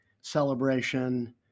celebration